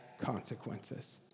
consequences